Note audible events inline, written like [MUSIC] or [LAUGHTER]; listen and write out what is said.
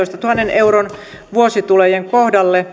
euron vuositulojen kohdalle [UNINTELLIGIBLE]